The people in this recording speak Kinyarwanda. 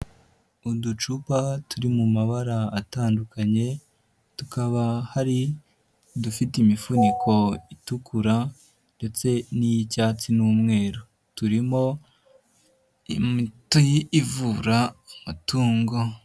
Uducupa turi mu mabara atandukanye, tukaba hari udufite imifuniko itukura ndetse n'iy'icyatsi n'umweru. Turimo imiti ivura amatungo.